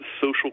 social